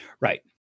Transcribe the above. Right